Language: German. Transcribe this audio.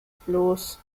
bloß